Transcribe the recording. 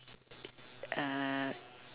uh